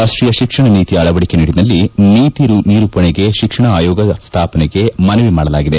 ರಾಷ್ಟೀಯ ಶಿಕ್ಷಣ ನೀತಿಯ ಅಳವಡಿಕೆ ನಿಟ್ಟನಲ್ಲಿ ನೀತಿ ನಿರೂಪಣೆಗೆ ಶಿಕ್ಷಣ ಆಯೋಗ ಸ್ಥಾಪನೆಗೆ ಮನವಿ ಮಾಡಲಾಗಿದೆ